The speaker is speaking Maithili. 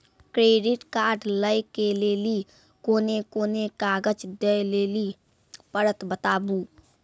क्रेडिट कार्ड लै के लेली कोने कोने कागज दे लेली पड़त बताबू?